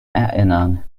erinnern